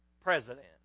president